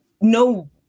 no